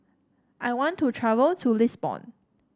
I want to travel to Lisbon